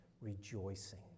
rejoicing